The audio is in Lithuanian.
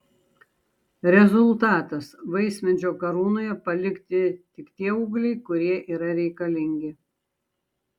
rezultatas vaismedžio karūnoje palikti tik tie ūgliai kurie yra reikalingi